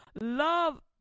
love